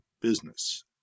business